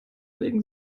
legen